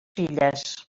filles